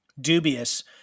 dubious